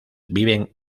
viven